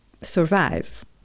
survive